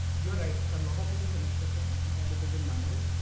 yeah right. a lot of it is inaccessible because it is in mandarin,